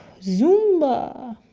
zumba.